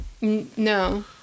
No